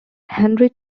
henry